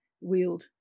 wield